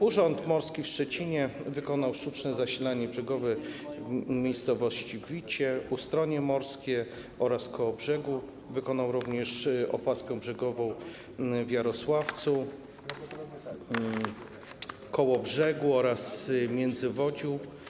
Urząd Morski w Szczecinie wykonał sztuczne zasilanie brzegowe w miejscowościach: Wicie, Ustronie Morskie oraz Kołobrzeg, wykonał również opaski brzegowe w Jarosławcu, Kołobrzegu oraz Międzywodziu.